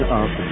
up